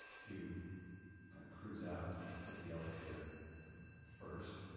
to kind of cruise out and hit the elevator first.